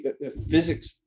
physics